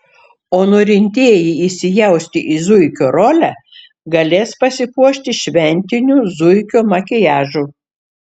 o norintieji įsijausti į zuikio rolę galės pasipuošti šventiniu zuikio makiažu